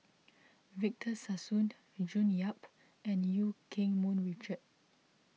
Victor Sassoon June Yap and Eu Keng Mun Richard